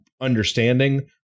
understanding